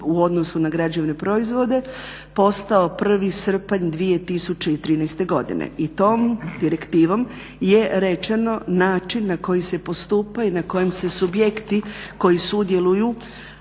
u odnosu na građevne proizvode, postao 1. srpanj 2013. godine. I tom direktivom je rečeno način na koji se postupa i na kojem se subjekti koji sudjeluju,